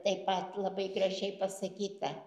taip pat labai gražiai pasakyta